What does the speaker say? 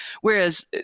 Whereas